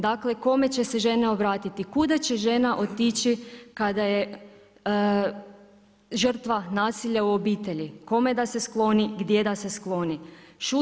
Dakle kome će se žene obratiti, kuda će žena otići kada je žrtva nasilja u obitelji, kome da se skloni, gdje da se skloni?